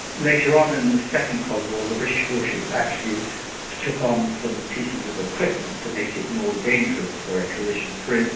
later on, in the second cod war, the british warship actually took on some pieces of equipment to make it more dangerous for a collision. for and